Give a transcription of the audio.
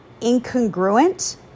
incongruent